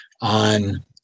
on